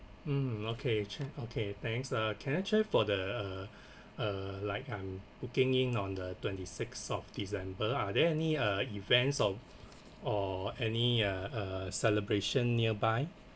mmhmm okay che~ okay thanks ah can I check for the uh uh like I'm booking in on the twenty sixth of december are there any uh events of or any uh uh celebration nearby